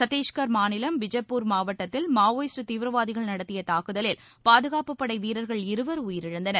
சத்தீஸ்கர் மாநிலம் பிஜப்பூர் மாவட்டத்தில் மாவோயிஸ்ட் தீவிரவாதிகள் நடத்திய தாக்குதலில் பாதுகாப்புப் படை வீரர்கள் இருவர் உயிரிழந்தனர்